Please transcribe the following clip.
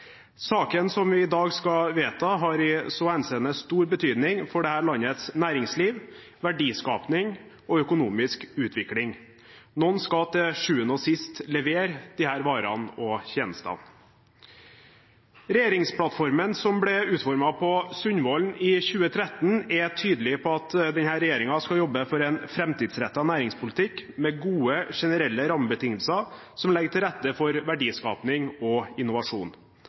Saken som vi i dag skal vedta, har i så henseende stor betydning for dette landets næringsliv, verdiskaping og økonomiske utvikling. Noen skal til sjuende og sist levere disse varene og tjenestene. Regjeringsplattformen som ble utformet på Sundvolden i 2013, er tydelig på at denne regjeringen skal jobbe for en «fremtidsrettet næringspolitikk» med «gode generelle rammebetingelser» som legger til rette for verdiskaping og innovasjon.